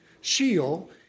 Sheol